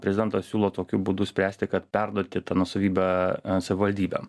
prezidentas siūlo tokiu būdu spręsti kad perduoti tą nuosavybę savivaldybėm